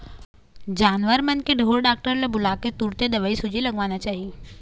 जानवर मन के ढोर डॉक्टर ल बुलाके तुरते दवईसूजी लगवाना चाही